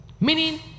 Meaning